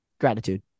Gratitude